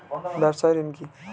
ব্যবসায় ঋণ কি?